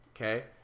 okay